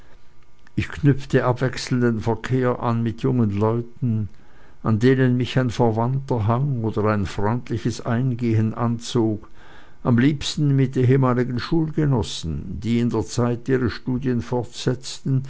ich knüpfte abwechselnden verkehr an mit jungen leuten an denen mich ein verwandter hang oder ein freundliches eingehen anzog am liebsten mit ehemaligen schulgenossen die in der zeit ihre studien fortsetzten